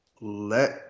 Let